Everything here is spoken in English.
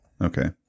Okay